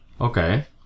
Okay